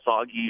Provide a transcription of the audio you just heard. soggy